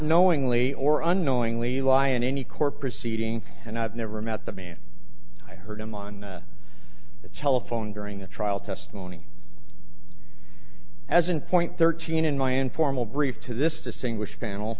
knowingly or unknowingly lie in any court proceeding and i've never met the man i heard him on the telephone during the trial testimony as in point thirteen in my informal brief to this distinguished panel